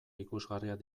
ikusgarriak